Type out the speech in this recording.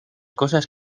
cosas